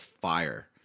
fire